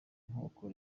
nkoko